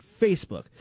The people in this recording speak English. Facebook